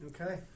Okay